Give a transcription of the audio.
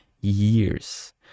years